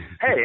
hey